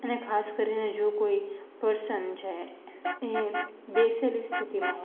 અને ખાસ કરીને જો કોઈ પર્સન છે એ બેસેલી સ્થિતિ માં હોય